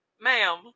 Ma'am